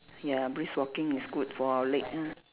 ya brisk walking is good for our leg ah